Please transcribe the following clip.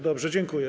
Dobrze, dziękuję.